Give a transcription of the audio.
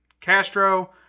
Castro